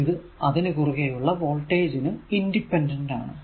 ഇത് അതിന് കുറുകെ ഉള്ള വോൾടേജ് നു ഇൻഡിപെൻഡന്റ് ആണ്